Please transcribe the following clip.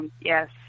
Yes